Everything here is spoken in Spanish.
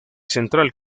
central